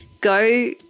Go